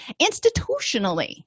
Institutionally